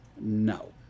No